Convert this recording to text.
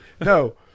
No